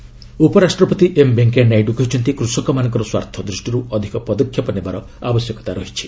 ନାଇଡୁ ପୁଣେ ଉପରାଷ୍ଟ୍ରପତି ଏମ୍ ଭେଙ୍କୟା ନାଇଡୁ କହିଛନ୍ତି କୃଷକମାନଙ୍କର ସ୍ୱାର୍ଥ ଦ୍ୱଷ୍ଟିର୍ ଅଧିକ ପଦକ୍ଷେପ ନେବାର ଆବଶ୍ୟକତା ରହିଛି